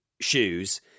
shoes